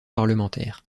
parlementaires